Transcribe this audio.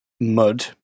mud